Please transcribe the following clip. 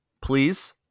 Please